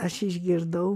aš išgirdau